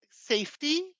safety